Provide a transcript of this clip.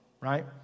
Right